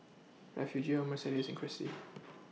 Refugio Mercedes and Crissy